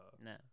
No